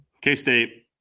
K-State